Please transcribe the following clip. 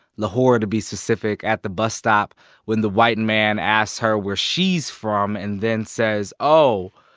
lahore to be specific at the bus stop when the white and man asks her where she's from and then says oh,